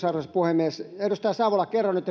arvoisa puhemies edustaja savola kerron nyt